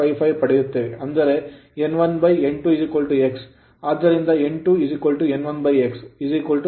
55 ಪಡೆಯುತ್ತೇವೆ ಅಂದರೆ n1n2 x ಆದ್ದರಿಂದ n2 n1x 6001